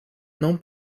não